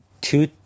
two